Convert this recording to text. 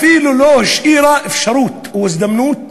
אפילו לא השאירה אפשרות או הזדמנות